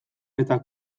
eta